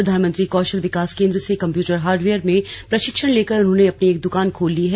प्रधानमंत्री कौशल विकास केंद्र से computer hardware में प्रशिक्षण लेकर उन्होंने अपनी एक दुकान खोल ली है